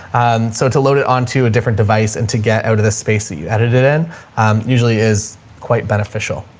um, so to load it onto a different device and to get out of this space that you edited in usually is quite beneficial.